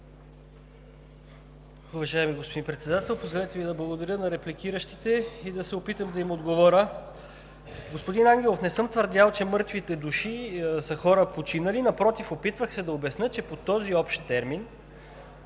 Уважаеми господин Председател, позволете ми да благодаря на репликиращите и да се опитам да им отговоря. Господин Ангелов, не съм твърдял, че мъртвите души са починали хора. Напротив, опитвах се да обясня, че под този общ термин